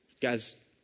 Guys